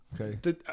Okay